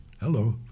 Hello